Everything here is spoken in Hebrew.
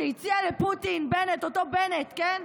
שהציע לפוטין, בנט, אותו בנט, כן?